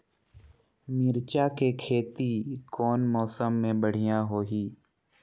मिरचा के खेती कौन मौसम मे बढ़िया होही?